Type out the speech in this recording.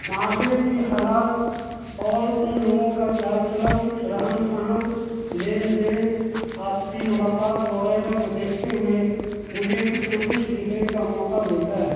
معاشرے کی حالات اور ان لوگوں کا چال چلن رہن سہن لین دین آپسی ملاقات وغیرہ کو دیکھتے ہوئے مجھے کچھ نہ کچھ لکھنے کا موقع ملتا ہے